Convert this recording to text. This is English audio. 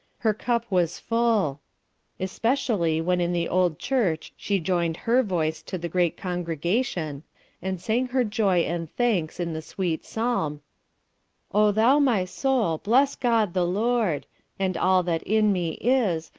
her cup was full especially when in the old church she joined her voice to the great congregation and sang her joy and thanks in the sweet psalm o thou my soul, bless god the lord and all that in me is,